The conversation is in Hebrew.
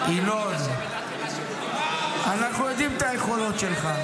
ינון, אנחנו יודעים את העקרונות שלך.